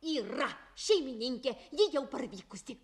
yra šeimininkė ji jau parvykusi